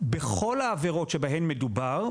בכל העבירות שבהן מדובר,